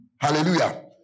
Hallelujah